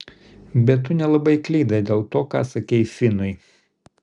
bet tu nelabai klydai dėl to ką sakei finui